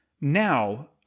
now